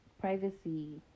privacy